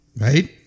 right